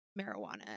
marijuana